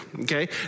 Okay